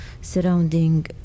surrounding